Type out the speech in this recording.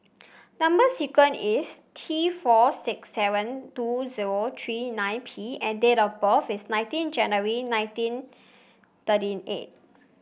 number sequence is T four six seven two zero three nine P and date of birth is sixteen January nineteen thirty eight